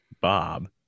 Bob